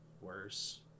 worse